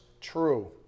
true